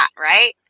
right